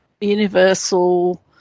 universal